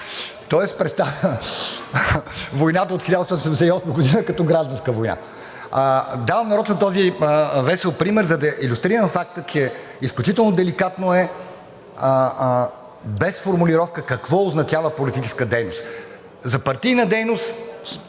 войната от 1878 г. като гражданска война. Давам нарочно този весел пример, за да илюстрирам факта, че е изключително деликатно без формулировка какво означава политическа дейност. За партийна дейност,